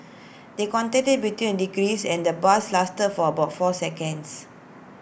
the contact between the deceased and the bus lasted for about four seconds